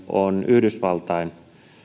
on yhdysvaltain